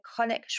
iconic